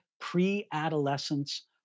pre-adolescence